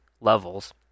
levels